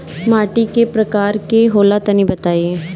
माटी कै प्रकार के होला तनि बताई?